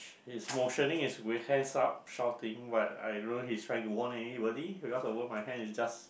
his motioning is with hands up shouting but I don't know he's trying to warn anybody because over my hand is just